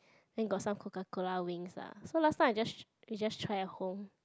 then got some Coca-Cola wings lah so last time I just we just try at home